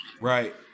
Right